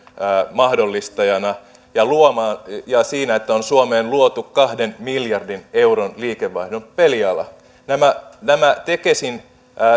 mahdollistajana ja siinä että on suomeen luotu kahden miljardin euron liikevaihdon peliala nämä nämä tekesin